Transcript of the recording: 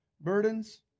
burdens